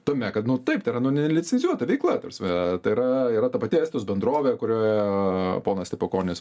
tame kad nu taip tai yra nu nelicencijuota veikla ta prasme tai yra yra ta pati estijos bendrovė kurioje ponas stepukonis